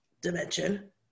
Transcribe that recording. dimension